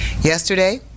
Yesterday